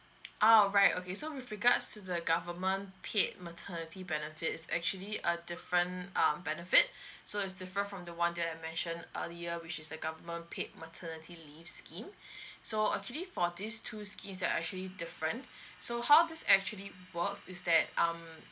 ah all right okay so with regards to the government paid maternity benefits actually a different um benefit so it's different from the one that I mentioned earlier which is the government paid maternity leaves scheme so actually for these two schemes they are actually different so how this actually work is that um